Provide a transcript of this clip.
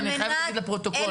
אני חייבת לפרוטוקול.